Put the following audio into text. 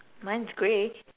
mine is gray